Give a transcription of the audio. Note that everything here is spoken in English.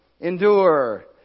endure